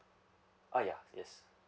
uh yeah yes